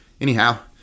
Anyhow